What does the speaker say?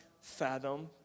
fathom